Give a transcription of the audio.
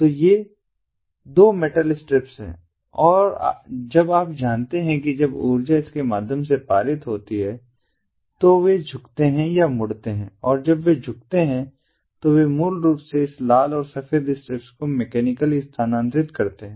तो ये दो मेटल स्ट्रिप्स हैं और जब आप जानते हैं कि जब ऊर्जा इसके माध्यम से पारित हो जाती है तो वे झुकते या मुड़ते हैं और जब वे झुकते हैं तो वे मूल रूप से इस लाल और सफेद स्ट्रिप्स को मैकेनिकली स्थानांतरित करते हैं